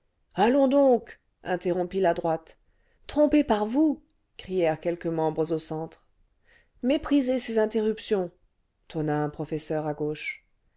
allons donc interrompit la droite trompés par vous crièrent quelques membres au centre le vingtième siècle méprisez ces interruptions tonna un professeur à gauche